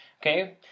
Okay